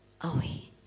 away